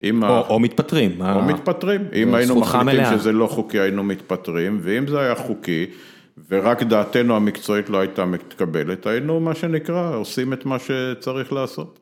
‫או מתפטרים. ‫-או מתפטרים. ‫אם היינו מחליטים ‫שזה לא חוקי, היינו מתפטרים, ‫ואם זה היה חוקי, ורק דעתנו ‫המקצועית לא הייתה מתקבלת, ‫היינו, מה שנקרא, ‫עושים את מה שצריך לעשות.